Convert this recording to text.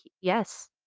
yes